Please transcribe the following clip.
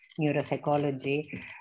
neuropsychology